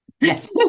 Yes